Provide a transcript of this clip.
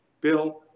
Bill